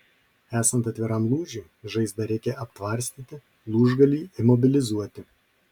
esant atviram lūžiui žaizdą reikia aptvarstyti lūžgalį imobilizuoti